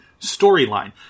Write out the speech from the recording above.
storyline